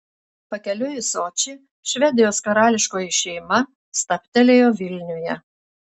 pakeliui į sočį švedijos karališkoji šeima stabtelėjo vilniuje